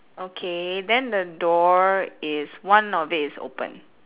okay then the door is one of it is open